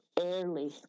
Early